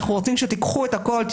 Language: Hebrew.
אנחנו רוצים שתיקחו את הכול,